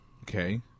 Okay